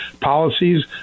policies